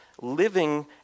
living